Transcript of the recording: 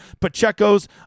Pacheco's